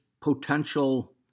potential